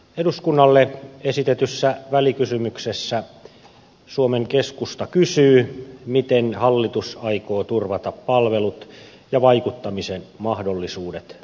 eduskunnalle esitetyssä välikysymyksessä suomen keskusta kysyy miten hallitus aikoo turvata palvelut ja vaikuttamisen mahdollisuudet koko maassa